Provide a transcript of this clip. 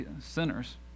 sinners